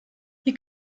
hier